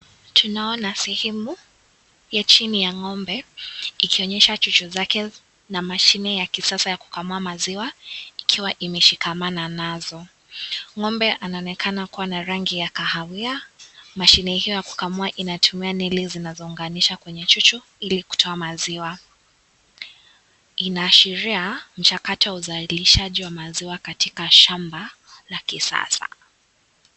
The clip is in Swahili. Tunaona sehemu ya chini ya ng'ombe ikionyesha chuchu zake na mashine ya kisasa ya kukamua maziwa, ikiwa imeshikamana nazo. Ng'ombe anaonekana kuwa na rangi ya kahawia, mashine hiyo ya kukamua inatumia neli zinazounganishwa kwenye chuchu ili kutoa maziwa. Inaashiria mchakato wa uzalishaji wa maziwa katika shamba la kisasa.